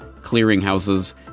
clearinghouses